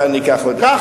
אולי אני אקח עוד, קח.